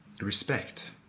respect